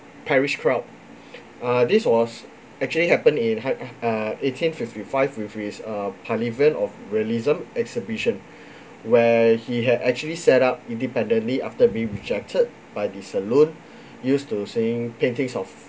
paris crowd uh this was actually happened in uh eighteen fifty-five which is uh pavilion of realism exhibition where he had actually set up independently after being rejected by the salon used to seeing paintings of